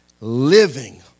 living